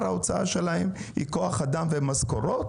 ההוצאה שלהן היא כוח אדם ומשכורות.